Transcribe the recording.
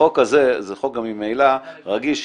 החוק הזה הוא ממילא רגיש,